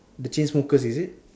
the chainsmoker is it